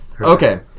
Okay